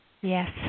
Yes